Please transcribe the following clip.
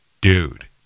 dude